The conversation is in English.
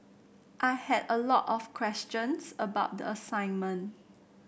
I had a lot of questions about the assignment